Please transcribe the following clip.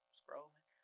scrolling